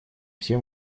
все